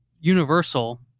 universal